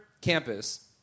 campus